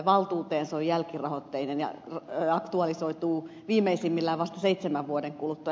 se jälkirahoitteinen ja aktualisoituu viimeisimmillään vasta seitsemän vuoden kuluttua